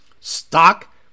Stock